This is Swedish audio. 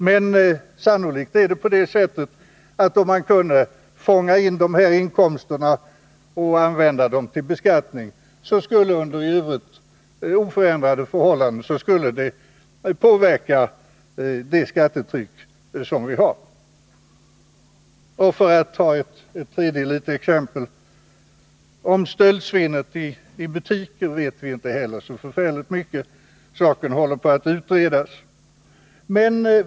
Men sannolikt är det på det sättet att om man kunde fånga in de här inkomsterna och använda dem till beskattning under i övrigt oförändrade förhållanden, så skulle det påverka det skattetryck som vi har. Om stöldsvinnet — för att ta ytterligare ett exempel — i butiker vet vi inte heller så särskilt mycket. Den saken håller på att utredas.